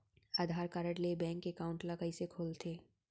आधार card ले bank account ल कइसे खोलथे?